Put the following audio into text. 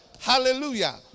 Hallelujah